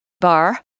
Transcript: bar